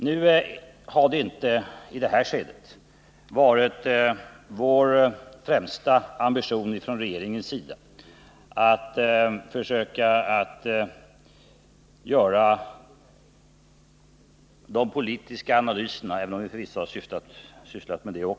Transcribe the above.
Nu har det i detta skede inte varit regeringens främsta ambition att försöka göra politiska analyser, även om vi förvisso också har sysslat med detta.